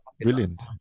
Brilliant